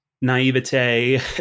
naivete